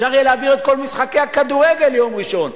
אפשר יהיה להעביר את כל משחקי הכדורגל ליום ראשון.